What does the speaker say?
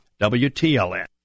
WTLN